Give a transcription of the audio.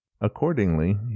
Accordingly